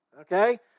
okay